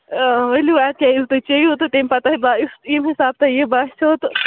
ؤلِو اَدٕ کیٛاہ ییٚلہِ تُہۍ چیٚیِو تہٕ تیٚمہِ پَتے باسٮ۪و تۄہہِ ییٚمہِ حساب تُہۍ یہِ باسٮ۪و تہٕ